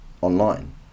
online